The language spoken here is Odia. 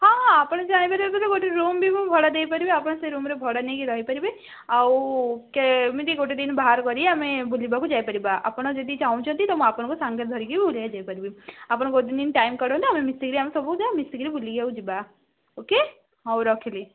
ହଁ ହଁ ଆପଣ ଚାହିଁବେ ଯଦି ମୁଁ ରୁମ୍ ବି ଗୋଟେ ଭଡ଼ା ଦେଇପାରିବି ଆପଣ ସେ ରୁମ୍ରେ ଭଡ଼ା ନେଇକି ରହିପାରିବେ ଆଉ କେମିତି ଗୋଟେ ଦିନ ବାହାର କରି ଆମେ ବୁଲିବାକୁ ଯାଇପାରିବା ଆପଣ ଯଦି ଚାହୁଁଛନ୍ତି ତ ମୁଁ ଆପଣଙ୍କୁ ଧରିକି ବୁଲିବାକୁ ଯାଇପାରିବି ଆପଣ ଗୋଟେ ଦିନ ଟାଇମ୍ କାଢ଼ନ୍ତୁ ଆମେ ସବୁ ମିଶିକିରି ଆମେ ସବୁ ଗୋଟେ ଦିନ ମିଶିକିରି ବୁଲିବାକୁ ଯିବା ଓକେ ହଉ ରଖିଲି